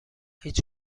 هیچ